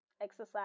exercise